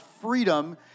freedom